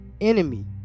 enemy